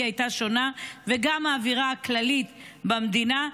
הייתה שונה וגם האווירה הכללית במדינה.